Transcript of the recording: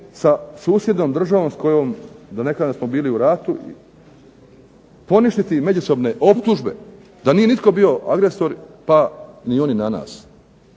sa susjednom državom s kojom, da ne kažem smo bili u ratu, poništiti i međusobne optužbe da nije nitko bio agresor, pa ni oni na nas.